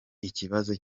ikibazo